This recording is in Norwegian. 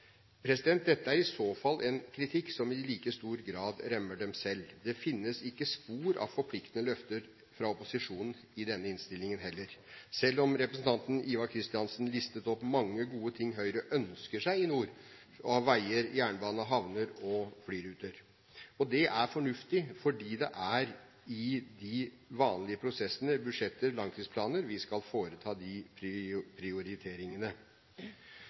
Dette er i så fall en kritikk som i like stor grad rammer dem selv. Det finnes ikke spor av forpliktende løfter fra opposisjonen i denne innstillingen heller, selv om representanten Ivar Kristiansen listet opp mange gode ting Høyre ønsker seg i nord av veier, jernbane, havner og flyruter. Det er fornuftig, for det er i de vanlige prosessene – budsjetter og langtidsplaner – vi skal foreta de prioriteringene.